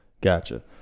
Gotcha